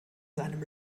seinem